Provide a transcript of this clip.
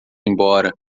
embora